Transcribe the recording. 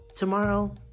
Tomorrow